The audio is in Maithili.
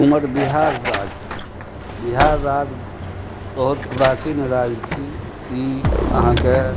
हमर बिहार राज्य बिहार राज्य बहुत प्राचीन राज्य छी ई अहाँके